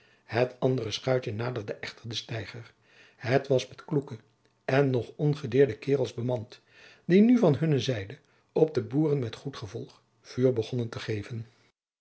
het andere schuitje naderde echter den steiger het was met kloeke en nog ongedeerde kaerels bemand die nu van hunne zijde op de boeren met goed gevolg vuur begonnen te geven